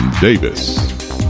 Davis